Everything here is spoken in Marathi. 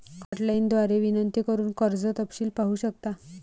हॉटलाइन द्वारे विनंती करून कर्ज तपशील पाहू शकता